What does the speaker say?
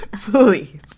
Please